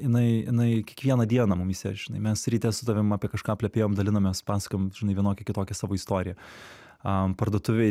jinai jinai kiekvieną dieną mumyse žinai mes ryte su tavim apie kažką plepėjom dalinomės pasakojom žinai vienokią kitokią savo istoriją a parduotuvėj